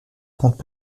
compte